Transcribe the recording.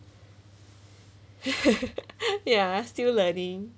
ya still learning